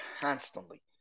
constantly